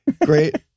Great